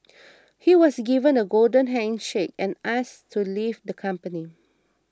he was given a golden handshake and asked to leave the company